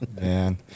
Man